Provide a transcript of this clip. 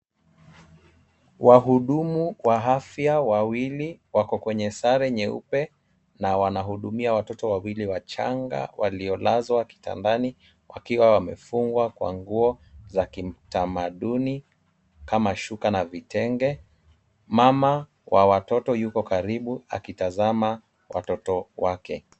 Wahudumu wa afya wawili wako kwenye sare nyeupe na wanahudumia watoto wawili wachanga waliolazwa kitandani, wakiwa wamefungwa kwa nguo za kitamaduni kama shuka na vitenge. Mama wa watoto yuko karibu akitazama watoto wake.